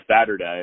Saturday